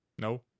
No